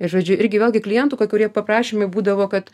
žodžiu irgi vėlgi klient kai kurie prašymai būdavo kad